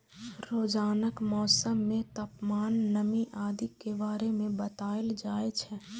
रोजानाक मौसम मे तापमान, नमी आदि के बारे मे बताएल जाए छै